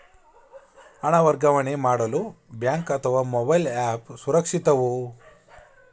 ಹಣ ವರ್ಗಾವಣೆ ಮಾಡಲು ಬ್ಯಾಂಕ್ ಅಥವಾ ಮೋಬೈಲ್ ಆ್ಯಪ್ ಸುರಕ್ಷಿತವೋ?